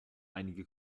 einige